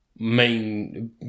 main